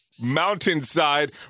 mountainside